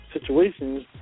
situations